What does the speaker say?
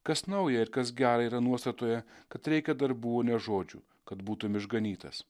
kas nauja ir kas gera yra nuostatoje kad reikia darbų o ne žodžių kad būtum išganytas